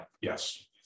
Yes